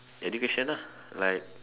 education lah like